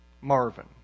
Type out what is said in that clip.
Marvin